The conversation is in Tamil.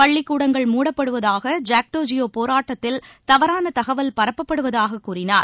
பள்ளிக்கூடங்கள் மூடப்படுவதாக ஜாக்டோ ஜியோ போராட்டத்தில் தவறான தகவல் பரப்பப்படுவதாக கூறினார்